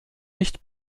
nicht